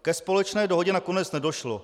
Ke společné dohodě nakonec nedošlo.